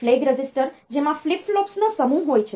flag register જેમાં flip flops નો સમૂહ હોય છે